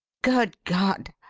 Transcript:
good god!